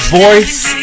voice